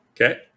Okay